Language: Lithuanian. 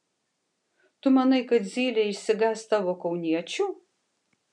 tu manai kad zylė išsigąs tavo kauniečių